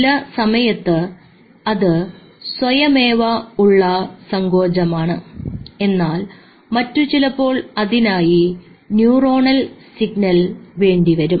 ചില സമയത്ത് അത് സ്വയമേവ ഉള്ള സങ്കോചമാണ് എന്നാൽ മറ്റു ചിലപ്പോൾ അതിനായി ന്യൂറോണൽ സിഗ്നൽ വേണ്ടിവന്നേക്കും